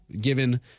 given